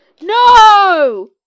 No